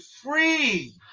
free